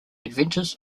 adventures